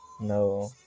no